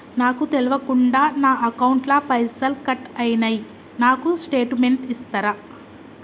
నాకు తెల్వకుండా నా అకౌంట్ ల పైసల్ కట్ అయినై నాకు స్టేటుమెంట్ ఇస్తరా?